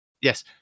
yes